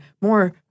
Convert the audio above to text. more